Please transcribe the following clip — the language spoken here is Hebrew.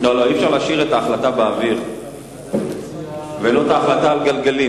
אי-אפשר להשאיר את ההחלטה באוויר ולא את ההחלטה על גלגלים,